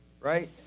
Right